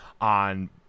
on